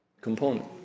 Component